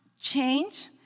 change